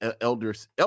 Elders